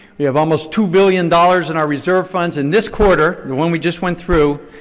we have almost two billion dollars in our reserve funds in this quarter, the one we just went through,